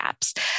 apps